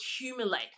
accumulate